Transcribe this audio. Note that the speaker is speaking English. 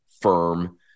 firm